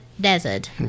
desert